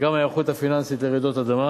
את פרק ההיערכות הפיננסית לרעידות אדמה,